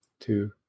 Two